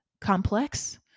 complex